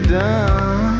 done